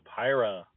Pyra